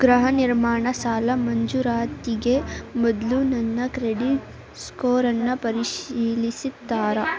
ಗೃಹ ನಿರ್ಮಾಣ ಸಾಲ ಮಂಜೂರಾತಿಗೆ ಮೊದಲು ನನ್ನ ಕ್ರೆಡಿಟ್ ಸ್ಕೋರನ್ನು ಪರಿಶೀಲಿಸುತ್ತಾರ